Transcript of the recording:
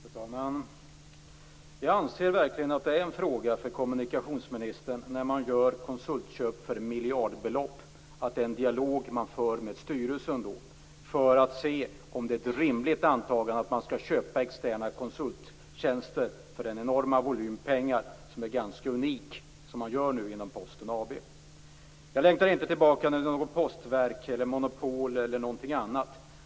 Fru talman! Jag anser verkligen att det är en fråga för kommunikationsministern att föra en dialog med styrelsen när Posten gör konsultköp för miljardbelopp. Detta bör man göra för att se om det är ett rimligt antagande att Posten skall köpa externa konsulttjänster för denna enorma volym pengar som är ganska unik. Jag längtar inte tillbaka till något postverk, något monopol eller något annat.